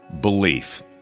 belief